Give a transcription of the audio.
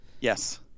Yes